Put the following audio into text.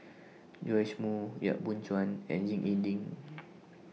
Joash Moo Yap Boon Chuan and Ying E Ding